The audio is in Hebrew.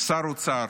שר האוצר,